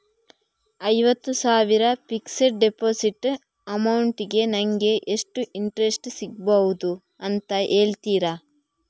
ಐವತ್ತು ಸಾವಿರ fixed deposit amount ಗೆ ನಂಗೆ ಎಷ್ಟು ಇಂಟ್ರೆಸ್ಟ್ ಸಿಗ್ಬಹುದು ಅಂತ ಹೇಳ್ತೀರಾ?